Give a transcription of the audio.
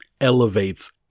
elevates